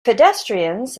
pedestrians